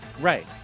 right